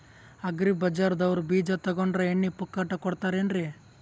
Agri ಬಜಾರದವ್ರು ಬೀಜ ತೊಗೊಂಡ್ರ ಎಣ್ಣಿ ಪುಕ್ಕಟ ಕೋಡತಾರೆನ್ರಿ?